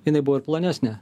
jinai buvo ir plonesnė